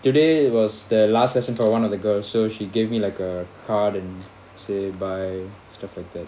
today was the last lesson for one of the girl so she gave me like a card and say bye stuff like that